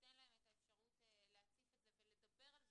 שייתן להם את האפשרות להציף את זה ולדבר על זה,